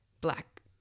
black